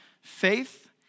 faith